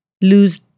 lose